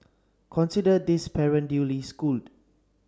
consider this parent duly schooled